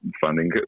funding